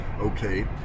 okay